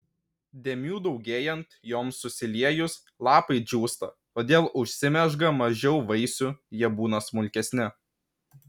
dėmių daugėjant joms susiliejus lapai džiūsta todėl užsimezga mažiau vaisių jie būna smulkesni